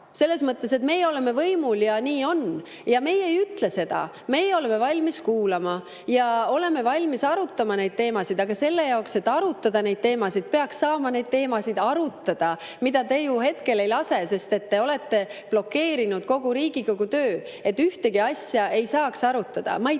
selles mõttes, et meie oleme võimul, ja nii on. Meie ei ütle seda. Meie oleme valmis kuulama ja oleme valmis arutama neid teemasid. Aga selle jaoks, et arutada neid teemasid, peaks saama neid teemasid arutada. Seda te hetkel ei lase, sest te olete blokeerinud kogu Riigikogu töö, et ühtegi asja ei saaks arutada. Ma ei